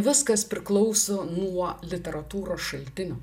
viskas priklauso nuo literatūros šaltinių